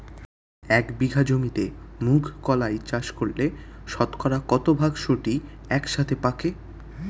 এক বিঘা জমিতে মুঘ কলাই চাষ করলে শতকরা কত ভাগ শুটিং একসাথে পাকে?